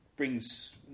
brings